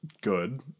good